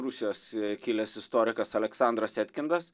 rusijos kilęs istorikas aleksandras etkindas